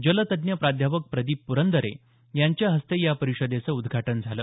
जलतज्ज्ञ प्राध्यापक प्रदीप पुरंदरे यांच्या हस्ते या परिषदेचं उद्घाटन झालं